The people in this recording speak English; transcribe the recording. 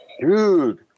dude